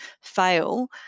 fail